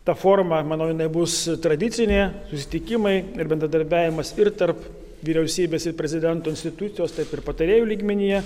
ta forma manau jinai bus tradicinė susitikimai ir bendradarbiavimas ir tarp vyriausybės ir prezidento institucijos tarp ir patarėjų lygmenyje